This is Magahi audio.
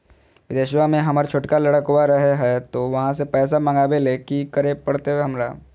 बिदेशवा में हमर छोटका लडकवा रहे हय तो वहाँ से पैसा मगाबे ले कि करे परते हमरा?